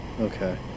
Okay